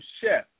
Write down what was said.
chef